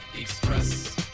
Express